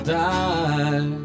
die